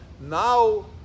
now